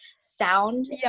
sound